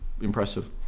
impressive